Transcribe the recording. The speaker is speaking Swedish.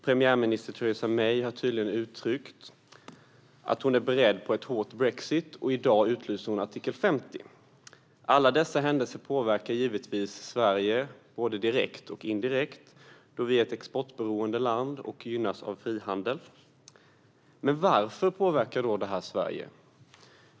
Premiärminister Theresa May har tydligen utryckt att hon är beredd på en hård brexit, och i dag utlöser hon artikel 50. Alla dessa händelser påverkar givetvis Sverige både direkt och indirekt, då vi är ett exportberoende land som gynnas av frihandel. Men varför påverkar då detta Sverige?